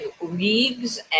leagues